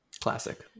Classic